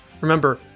Remember